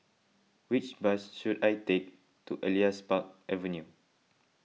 which bus should I take to Elias Park Avenue